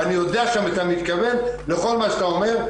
ואני יודע שאתה מתכוון לכל מה שאתה אומר,